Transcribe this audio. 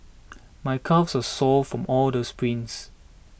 my calves are sore from all the sprints